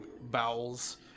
bowels